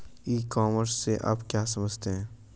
ई commerce से आप क्या समझते हैं?